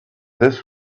this